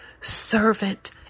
servant